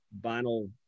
vinyl